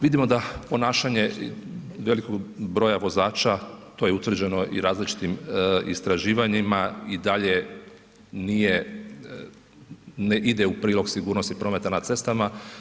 Vidimo da ponašanje velikog broja vozača, to je utvrđeno i različitim istraživanjima i dalje nije, ne ide u prilog sigurnosti prometa na cestama.